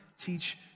teach